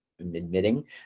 admitting